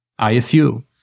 ISU